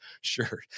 Sure